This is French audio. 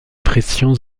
pressions